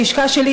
הלשכה שלי,